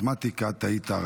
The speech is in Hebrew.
אבל כן לומדים מתמטיקה, טעית,